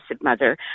Mother